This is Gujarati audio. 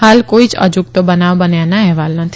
હાલ કોઇ જ અજુગતો બનાવ બન્યાના અહેવાલ નથી